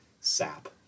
Sap